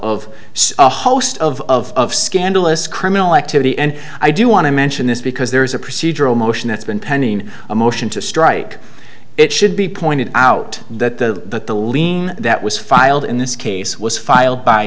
of a host of scandalous criminal activity and i do want to mention this because there is a procedural motion that's been pending a motion to strike it should be pointed out that the the lien that was filed in this case was filed by